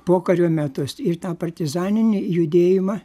pokario metus ir tą partizaninį judėjimą